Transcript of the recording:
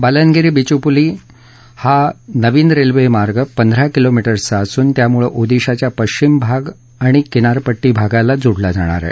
बालनगीर बिचूपली हा नवीन रेल्वेमार्ग पंधरा किलो मीटर्सचा असून त्यामुळे ओदिशाच्या पश्चिम भाग किनारपट्टी भागाला जोडला जाणार आहे